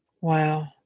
Wow